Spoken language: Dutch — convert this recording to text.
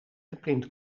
geprint